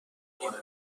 قهرمان